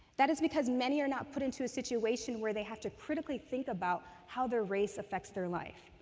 that is because many are not put into a situation where they have to critically think about how their race affects their life.